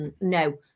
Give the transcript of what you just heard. no